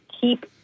keep